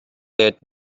let